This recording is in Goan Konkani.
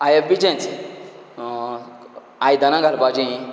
आय एफ बी चेंच आयदनां घालपाची